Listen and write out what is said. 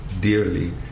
dearly